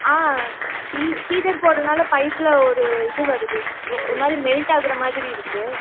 ஆ ஹீ ஹீட்டர் போட்டுறனால பைப்பில் ஒரு இது வருது ஒ ஒரு மாதிரி மெல்ட் ஆகிற மாதிரி இருக்குது